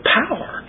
power